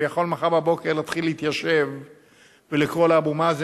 הוא יכול מחר בבוקר להתיישב ולהתחיל לקרוא לאבו מאזן,